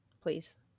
please